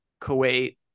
Kuwait